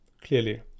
Clearly